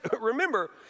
Remember